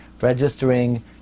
registering